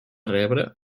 rebre